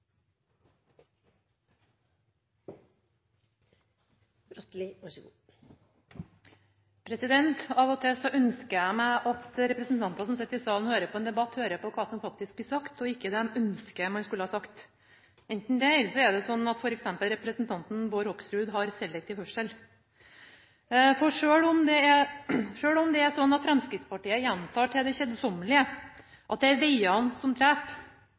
Av og til ønsker jeg at representanter som sitter i salen og hører på en debatt, hører hva som faktisk blir sagt, og ikke det de ønsker at man skulle sagt. Eller så er det slik at f.eks. representanten Bård Hoksrud har selektiv hørsel. Selv om det er sånn at Fremskrittspartiet til det kjedsommelige gjentar at det er vegene som dreper,